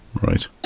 Right